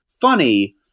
funny